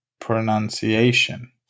pronunciation